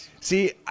See